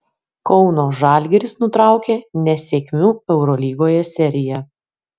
kauno žalgiris nutraukė nesėkmių eurolygoje seriją